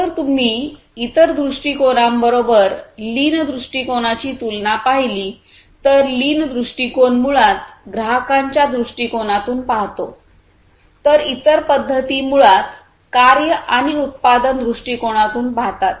जर तुम्ही इतर दृष्टिकोनांबरोबर लीन दृष्टिकोनाची तुलना पाहिली तर लीन दृष्टिकोन मुळात ग्राहकांच्या दृष्टीकोनातून पाहतो तर इतर पध्दती मुळात कार्य आणि उत्पादन दृष्टीकोनातून पाहतात